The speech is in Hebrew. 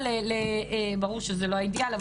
ברור שזה לא האידיאל,